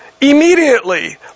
Immediately